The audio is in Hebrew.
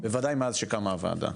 בוודאי מאז שקמה הוועדה.